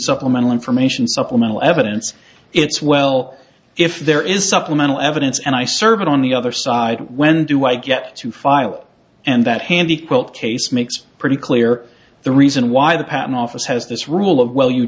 supplemental information supplemental evidence it's well if there is supplemental evidence and i serve it on the other side when do i get to file and that handy quilt case makes pretty clear the reason why the patent office has this rule of well you